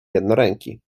jednoręki